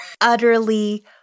utterly